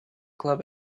club